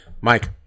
Mike